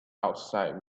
outside